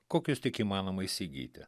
kokius tik įmanoma įsigyti